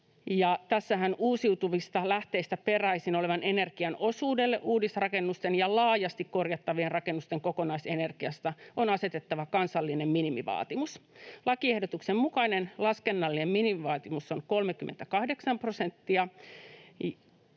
tässähän uusiutuvista lähteistä peräisin olevan energian osuudelle uudisrakennusten ja laajasti korjattavien rakennusten kokonaisenergiasta on asetettava kansallinen minimivaatimus. Lakiehdotuksen mukainen laskennallinen minimivaatimus on 38 prosenttia.